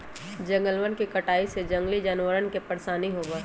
जंगलवन के कटाई से जंगली जानवरवन के परेशानी होबा हई